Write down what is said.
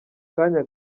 kanya